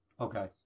Okay